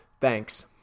Thanks